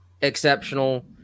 exceptional